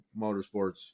motorsports